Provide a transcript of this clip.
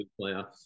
playoffs